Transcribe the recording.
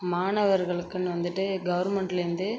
மாணவர்களுக்குனு வந்துட்டு கவர்மெண்ட்லேருந்து